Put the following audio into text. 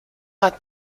hat